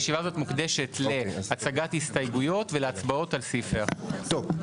הישיבה הזאת מוקדשת להצגת הסתייגויות ולהצבעות על סעיפי החוק.